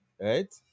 Right